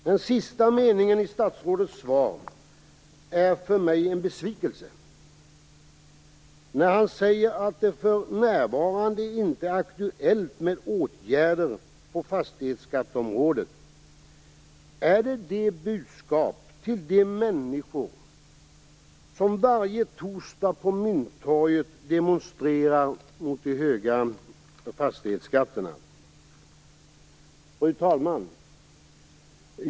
Den sista meningen i statsrådets svar är för mig en besvikelse. Han säger att det för närvarande inte är aktuellt med åtgärder på fastighetsskatteområdet. Är detta budskapet till de människor som varje torsdag demonstrerar på Mynttorget mot de höga fastighetsskatterna? Fru talman!